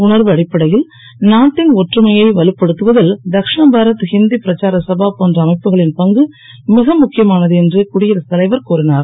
உணர்வு அடிப்படையில் நாட்டின் ஒற்றுமையை வலுப்படுத்துவதில் தக்ஷிணபாரத் இந்தி பிரச்சார சபா போன்ற அமைப்புகளின் பங்கு மிக முக்கியமானது என்று குடியரசுத் தலைவர் கூறினார்